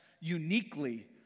uniquely